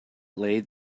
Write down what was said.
laid